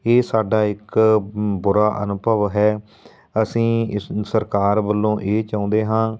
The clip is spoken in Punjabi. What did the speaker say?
ਇਹ ਸਾਡਾ ਇੱਕ ਬੁਰਾ ਅਨੁਭਵ ਹੈ ਅਸੀਂ ਸ ਸਰਕਾਰ ਵੱਲੋਂ ਇਹ ਚਾਹੁੰਦੇ ਹਾਂ